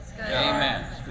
Amen